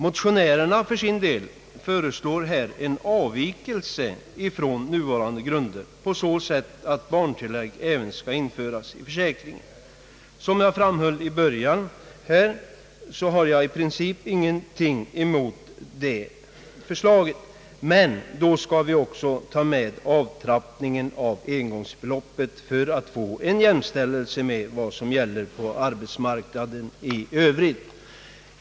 Motionärerna för sin del föreslår här en avvikelse från nuvarande grunder på så sätt, att även barntillägg skall införas i försäkringen. Såsom jag framhöll i början av mitt anförande har jag i princip ingenting emot motionärernas förslag, men då skall vi också ta med avtrappningen i engångsbeloppet för att få en jämställelse med vad som gäller på arbetsmarknaden i övrigt.